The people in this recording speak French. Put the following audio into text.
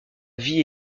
vie